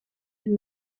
ils